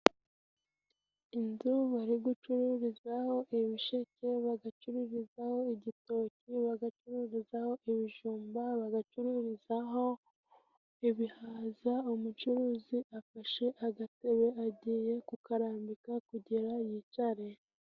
Inzu bari gucururizaho: Ibisheke, bagacururizaho igitoki, bagacuruzaho ibijumba, bagacururizaho ibihaza. Umucuruzi afashe agatebe agiye kukarambika kugera yicare.